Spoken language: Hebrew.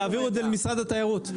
יעבירו את זה למשרד התיירות.